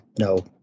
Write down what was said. no